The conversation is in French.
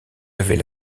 avait